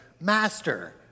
Master